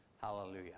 Hallelujah